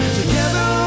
together